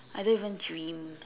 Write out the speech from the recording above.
I don't even dream